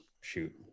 shoot